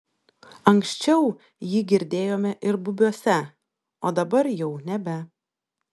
anksčiau jį girdėjome ir bubiuose o dabar jau nebe